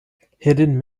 hidden